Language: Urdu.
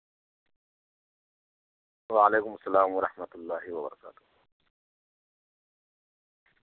وعلیکم السّلام و رحمة الله و برکاته